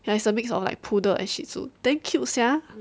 ya it's a mix of like poodle and shih tzu damn cute sia